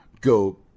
go